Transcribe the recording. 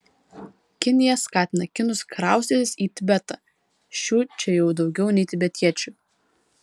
kinija skatina kinus kraustytis į tibetą šių čia jau daugiau nei tibetiečių